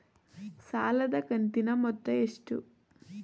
ಸಾಲದ ಕಂತಿನ ಮೊತ್ತ ಎಷ್ಟು?